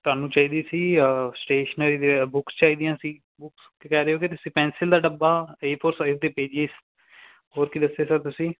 ਤੁਹਾਨੂੰ ਚਾਹੀਦੀ ਸੀ ਜਾਂ ਸਟੇਸ਼ਨਰੀ ਦੀਆਂ ਬੁੱਕਸ ਚਾਹੀਦੀਆਂ ਸੀ ਬੁੱਕਸ ਕਹਿ ਰਹੇ ਹੋ ਕਿ ਤੁਸੀਂ ਪੈਨਸਿਲ ਦਾ ਡੱਬਾ ਏ ਫੋਰ ਸਾਈਜ਼ ਦੇ ਪੇਜਸ ਹੋਰ ਕੀ ਦੱਸਿਆ ਸਰ ਤੁਸੀਂ